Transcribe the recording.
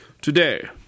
Today